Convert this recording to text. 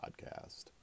podcast